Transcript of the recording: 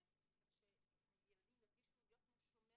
ברשת כך שהילדים ירגישו להיות כמו שומר